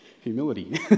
humility